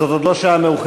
זאת עוד לא שעה מאוחרת,